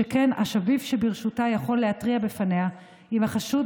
שכן השביב שברשותה יכול להתריע בפניה אם החשוד